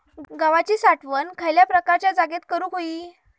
गव्हाची साठवण खयल्या प्रकारच्या जागेत करू होई?